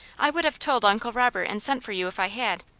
i would have told uncle robert and sent for you if i had.